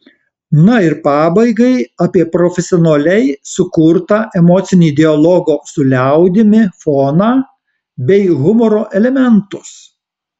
na ir pabaigai apie profesionaliai sukurtą emocinį dialogo su liaudimi foną bei humoro elementus